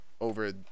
over